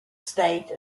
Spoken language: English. state